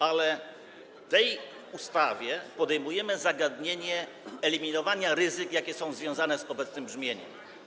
Ale w tej ustawie podejmujemy zagadnienia eliminowania ryzyk, jakie są związane z obecnym brzmieniem.